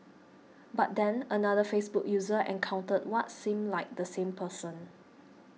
but then another Facebook user encountered what seemed like the same person